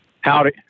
howdy